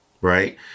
right